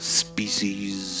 species